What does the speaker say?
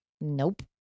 Nope